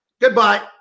goodbye